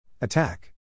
Attack